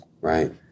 Right